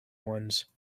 ones